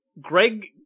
Greg